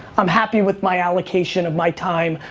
i'm happy with my allocation of my time.